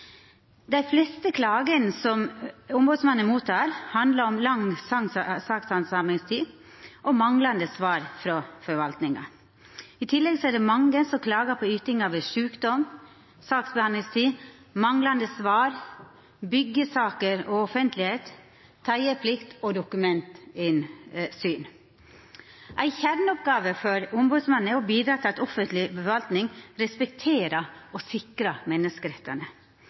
Dei fleste klagene som ombodsmannen tek imot, handlar om lang saksbehandlingstid og manglande svar frå forvaltinga. I tillegg er det mange som klagar på ytingar ved sjukdom, saksbehandlingstid, manglande svar, byggjesaker og offentlegheit, teieplikt og dokumentinnsyn. Ei kjerneoppgåve for ombodsmannen er å bidra til at offentleg forvalting respekterer og sikrar menneskerettane.